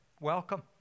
Welcome